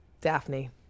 Daphne